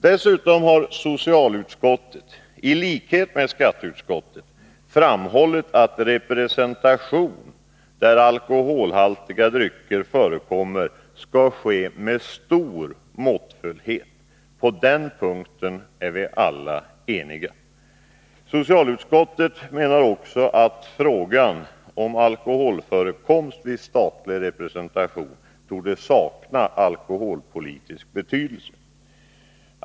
Dessutom har socialutskottet i likhet med skatteutskottet framhållit att representation där alkoholhaltiga drycker förekommer skall ske med stor måttfullhet. På den punkten är vi alla eniga. Socialutskottet menar också att frågan om alkoholförekomst vid statlig representation torde sakna alkoholpolitisk betydelse.